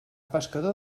pescador